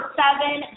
seven